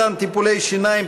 מתן טיפול שיניים,